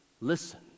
Listen